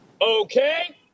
Okay